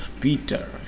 peter